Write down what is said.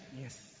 Yes